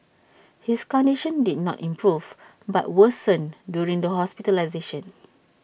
his condition did not improve but worsened during the hospitalisation